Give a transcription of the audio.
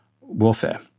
warfare